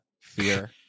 fear